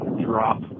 drop